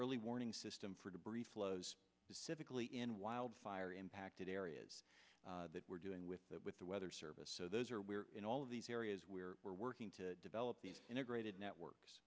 early warning system for debris flows civically in wildfire impacted areas that we're doing with that with the weather service so those are we're in all of these areas where we're working to develop the integrated network